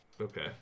Okay